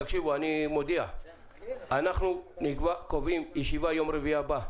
אני מודיע שאנחנו קובעים ישיבה על התקנות ביום רביעי הבא,